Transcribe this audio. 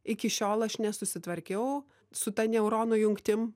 iki šiol aš nesusitvarkiau su ta neuronų jungtim